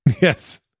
Yes